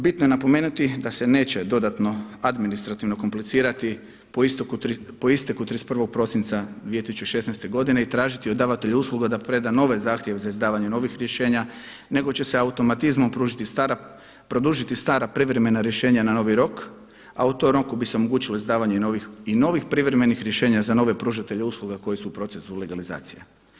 Bitno je napomenuti da se neće dodatno administrativno komplicirati po isteku 31. prosinca 2016. godine i tražiti od davatelja usluga da preda nove zahtjeve za izdavanje novih rješenja nego će se automatizmom produžiti stara privremena rješenja na novi rok, a u tom roku bi se omogućilo izdavanje i novih privremenih rješenja za nove pružatelje usluga koji su u procesu legalizacije.